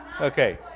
Okay